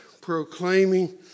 proclaiming